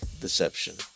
deception